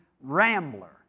Rambler